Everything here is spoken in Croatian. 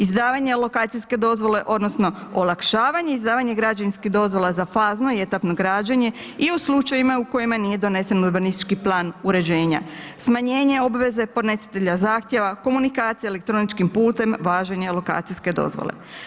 Izdavanje lokacijske dozvole odnosno olakšavanje izdavanje građevinskih dozvola za fazno i etapno građenje i u slučajevima u kojima nije donesen urbanistički plan uređenje, smanjenja obveze podnositelja zahtjeva, komunikacija elektroničkim putem, važenje lokacijske dozvole.